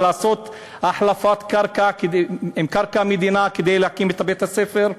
אז לעשות החלפת קרקע עם קרקע מדינה כדי להקים את בית-הספר.